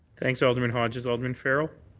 thanks, alderman hodges. alderman farrell?